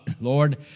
Lord